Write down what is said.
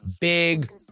big